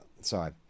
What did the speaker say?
Sorry